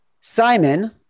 Simon